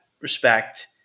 respect